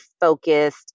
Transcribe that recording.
focused